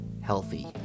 healthy